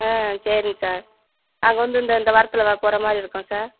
ஆ சரிங்க சார் அங்கே வந்து இந்த இந்த வாரத்தில் தான் போகிற மாதிரி இருக்கோம் சார்